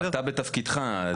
לא, אתה בתפקידך, זה לא אישי, שחרר.